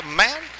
man